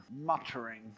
muttering